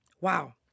Wow